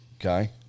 okay